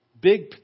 Big